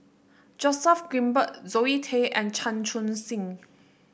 Joseph Grimberg Zoe Tay and Chan Chun Sing